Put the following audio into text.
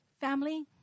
family